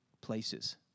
places